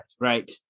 right